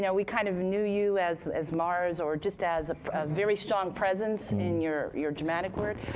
yeah we kind of knew you as as mars, or just as a very strong presence in your your dramatic work,